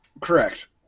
correct